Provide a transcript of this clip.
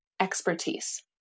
expertise